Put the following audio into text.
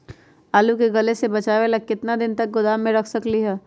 आलू के गले से बचाबे ला कितना दिन तक गोदाम में रख सकली ह?